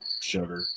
sugar